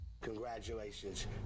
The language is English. Congratulations